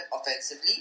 offensively